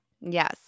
Yes